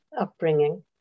upbringing